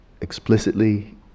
explicitly